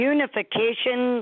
Unification